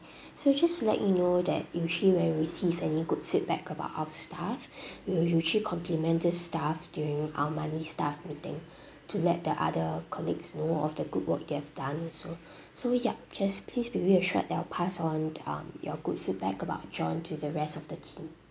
so just to let you know that usually when we receive any good feedback about our staff we'll usually compliment this staff during our monthly staff meeting to let the other colleagues know of the group work you have done so so yup just please be reassured that I will pass on um your good feedback about john to the rest of the team